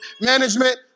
management